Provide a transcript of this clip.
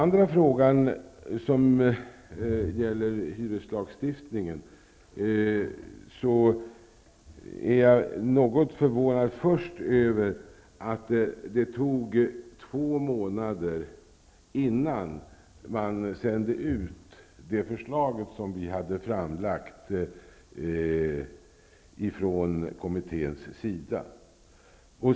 När det gäller hyreslagstiftningen är jag något förvånad över att det tog två månader innan man sände ut det förslag som vi hade framlagt från kommitténs sida.